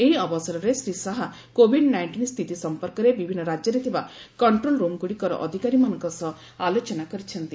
ଏହି ଅବସରରେ Shri Shah COVID nineteen ସ୍ଥିତି ସଂପର୍କରେ ବିଭିନ୍ନ ରାଜ୍ୟରେ ଥିବା କଣ୍ଟ୍ରୋଲ୍ରୁମ୍ଗୁଡ଼ିକର ଅଧିକାରୀମାନଙ୍କ ସହ ଆଲୋଚନା କରିଛନ୍ତି